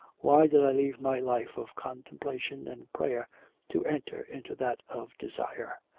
why did i leave my life of contemplation and prayer to enter into that of desire?